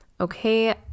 Okay